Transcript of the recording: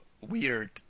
weird